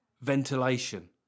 ventilation